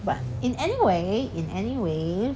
but in anyway in anyway